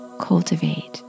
cultivate